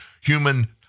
human